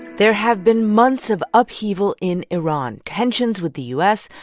there have been months of upheaval in iran tensions with the u s,